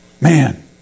Man